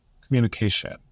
communication